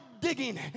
digging